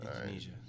Indonesia